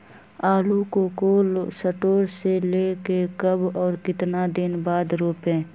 आलु को cold store से ले के कब और कितना दिन बाद रोपे?